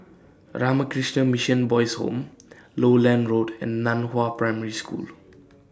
Ramakrishna Mission Boys' Home Lowland Road and NAN Hua Primary School